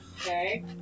Okay